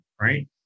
right